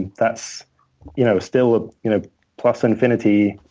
that's you know still ah you know plus infinity